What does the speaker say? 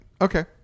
Okay